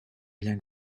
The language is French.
bien